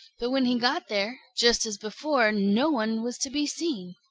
but when he got there, just as before no one was to be seen.